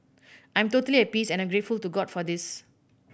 I'm totally at peace and I'm grateful to God for this